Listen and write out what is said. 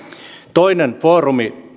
toinen foorumi